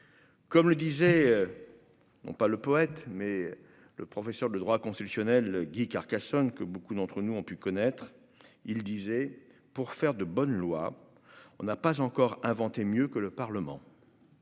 Comme le disait non pas le poète mais le professeur de droit constitutionnel Guy Carcassonne que beaucoup d'entre nous ont pu connaître il disait pour faire de bonnes lois, on n'a pas encore inventé mieux que le Parlement.